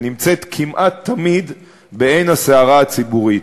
ונמצאת כמעט תמיד בעין הסערה הציבורית.